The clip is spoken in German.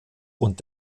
und